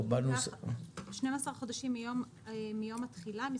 12 חודשים מיום התחילה,